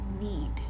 need